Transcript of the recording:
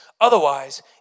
Otherwise